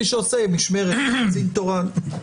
כל מי שעושה משמרת כקצין תורן.